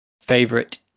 favorite